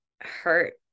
hurt